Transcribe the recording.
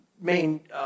main